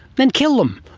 then kill them.